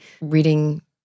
reading